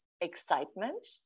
excitement